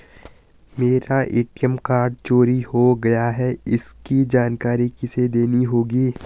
मेरा ATM card चोरी हो गया है इसकी जानकारी किसे देनी होगी?